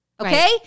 Okay